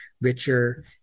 richer